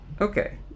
Okay